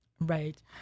Right